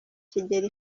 kigeli